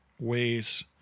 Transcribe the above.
ways